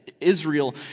Israel